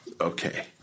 okay